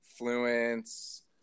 Fluence